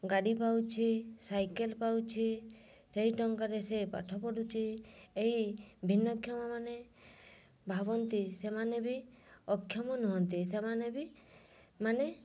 ଗାଡ଼ି ପାଉଛି ସାଇକେଲ ପାଉଛି ସେଇ ଟଙ୍କାରେ ସେ ପାଠ ପଢ଼ୁଛି ଏହି ଭିନ୍ନକ୍ଷମ ମାନେ ଭାବନ୍ତି ସେମାନେ ବି ଅକ୍ଷମ ନୁହନ୍ତି ସେମାନେ ବି ମାନେ